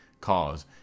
Cause